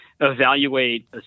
evaluate